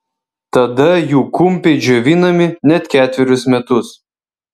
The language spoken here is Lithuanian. tada jų kumpiai džiovinami net ketverius metus